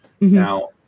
Now